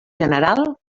general